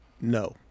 no